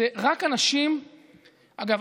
אגב,